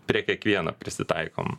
prie kiekvieno prisitaikom